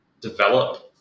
develop